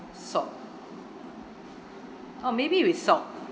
salt oh maybe with salt